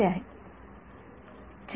विद्यार्थीसिंग्युलॅरीटी